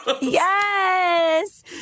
Yes